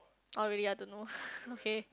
oh really I don't know okay